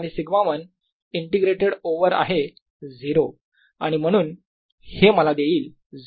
आणि σ1 integrated over आहे 0 आणि म्हणून हे मला देईल 0